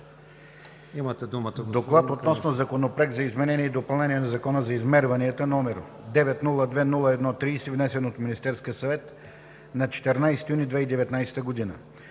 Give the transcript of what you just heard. „ДОКЛАД относно Законопроект за изменение и допълнение на Закона за измерванията, № 902-01-30, внесен от Министерския съвет на 14 юни 2019 г.